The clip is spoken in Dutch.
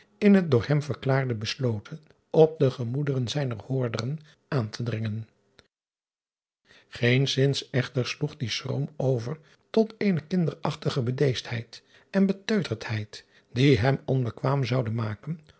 in het door hem verklaarde besloten op de gemoederen zijner hoorderen aan te dringen eenszins echter sloeg die schroom over tot eene kinderachtige bedeesdheid en beteuterdheid die hem onbekwaam zouden ma